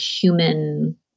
human